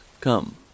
come